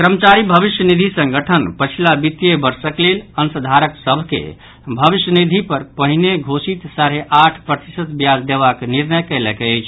कर्मचारी भविष्य निधि संगठन पछिला वित्तीय वर्षक लेल अंशधारक सभ के भविष्य निधि पर पहिने घोषित साढ़े आठ प्रतिशत ब्याज देबाक निर्णय कयलक अछि